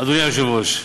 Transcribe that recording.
אדוני היושב-ראש,